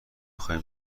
خوایم